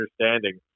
understanding